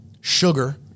sugar